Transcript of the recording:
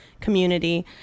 community